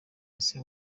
ese